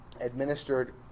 administered